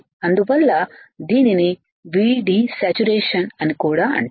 అందువల్ల దీనిని VD సాచురేషన్అని కూడా అంటారు